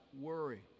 worry